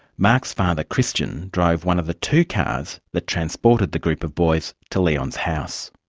mark's father, christian, drove one of the two cars that transported the group of boys to leon's house.